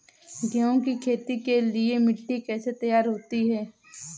गेहूँ की खेती के लिए मिट्टी कैसे तैयार होती है?